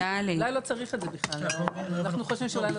הסמכות שלו תהיה או במקרה שמבנה הציבור הזה טעון אישור מכון